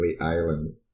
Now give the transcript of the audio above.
island